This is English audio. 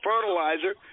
fertilizer